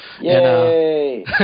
Yay